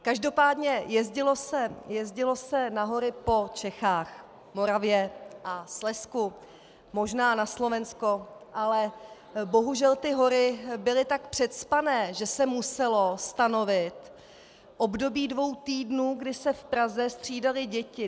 Každopádně jezdilo se na hory po Čechách, Moravě a Slezsku, možná na Slovensko, ale bohužel ty hory byly tak přecpané, že se muselo stanovit období dvou týdnů, kdy se v Praze střídaly děti.